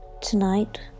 Tonight